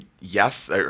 yes